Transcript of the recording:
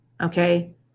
okay